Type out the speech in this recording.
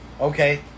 Okay